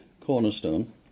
cornerstone